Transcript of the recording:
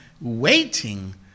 waiting